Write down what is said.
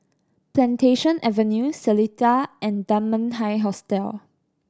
Plantation Avenue Seletar and Dunman High Hostel